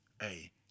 Hey